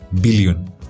billion